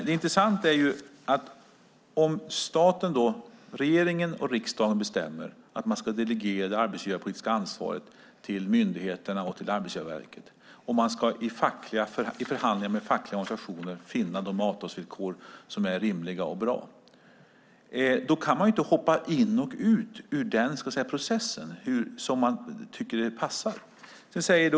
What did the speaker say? Det intressanta är att om regeringen och riksdagen bestämmer att man ska delegera det arbetsgivarpolitiska ansvaret till myndigheterna och till Arbetsgivarverket och att man i förhandlingar med de fackliga organisationerna ska finna avtalsvillkor som är rimliga och bra, då kan man inte hoppa in och ut ur den processen som man tycker att det passar.